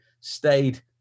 stayed